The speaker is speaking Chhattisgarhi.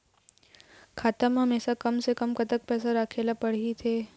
खाता मा हमेशा कम से कम कतक पैसा राखेला पड़ही थे?